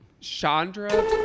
Chandra